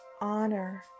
Honor